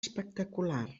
espectacular